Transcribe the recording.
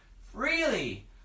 freely